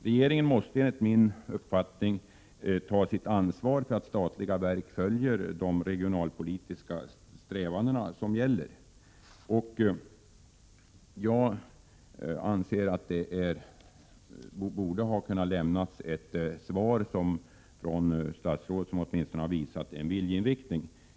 Regeringen måste enligt min uppfattning ta sitt ansvar för att statliga verk fullföljer de regionalpolitiska strävanden som gäller. Statsrådet borde ha kunnat lämna ett svar som åtminstone visade en viljeinriktning.